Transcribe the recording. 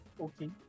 Okay